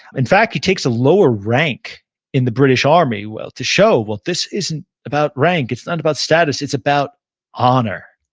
in fact, he takes a lower rank in the british army to show, well, this isn't about rank. it's not about status. it's about honor.